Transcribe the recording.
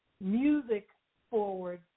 music-forward